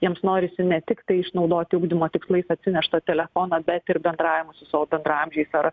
jiems norisi ne tiktai išnaudoti ugdymo tikslais atsineštą telefoną bet ir bendravimo su savo bendraamžiais